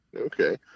Okay